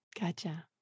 Gotcha